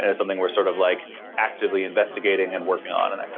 and something we're sort of like actively investigating and working on and